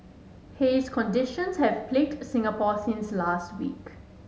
haze conditions have plagued Singapore since last week